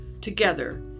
together